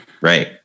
Right